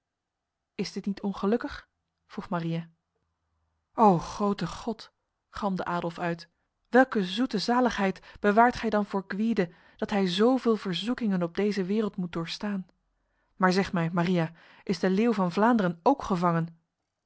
is dit niet ongelukkig vroeg maria o grote god galmde adolf uit welke zoete zaligheid bewaart gij dan voor gwyde dat hij zoveel verzoekingen op deze wereld moet doorstaan maar zeg mij maria is de leeuw van vlaanderen ook gevangen